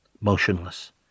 motionless